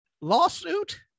lawsuit